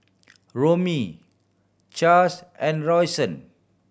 Romie Chaz and Rayshawn